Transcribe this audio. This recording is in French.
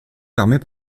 permet